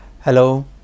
Hello